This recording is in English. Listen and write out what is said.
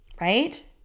Right